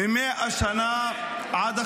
השאלה הזאת עומדת בפני שני העמים מלפני 100 שנה עד עכשיו.